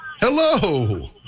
Hello